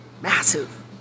massive